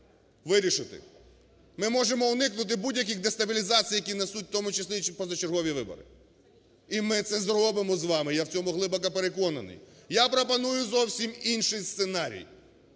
вирішити. Ми можемо уникнути будь-яких дестабілізацій, які несуть, в тому числі і позачергові вибори. І ми це зробимо з вами, я в цьому глибоко переконаний. Я пропоную зовсім інший сценарій.